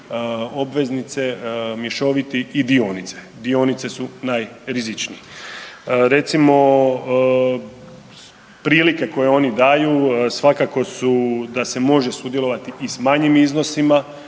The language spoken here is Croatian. obveznice, mješoviti i dionice. Dionice su najrizičnije. Recimo prilike koje oni daju svakako su da se može sudjelovati i s manjim iznosima.